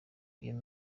iyo